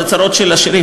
אלו צרות של עשירים,